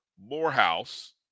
Morehouse